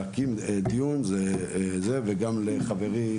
הוקם דיון; וגם לחברי,